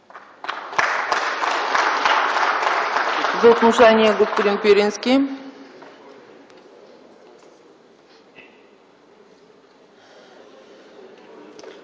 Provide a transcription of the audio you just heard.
Благодаря